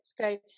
Okay